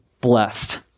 blessed